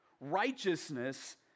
Righteousness